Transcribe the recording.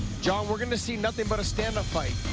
john, we're going to see nothing but a stand-up fight.